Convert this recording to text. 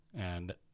and-